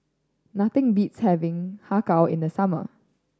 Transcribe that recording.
nothing beats having Har Kow in the summer